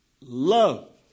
love